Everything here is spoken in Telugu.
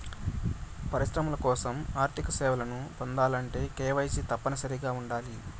పరిశ్రమల కోసం ఆర్థిక సేవలను పొందాలంటే కేవైసీ తప్పనిసరిగా ఉండాలి